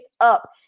up